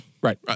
Right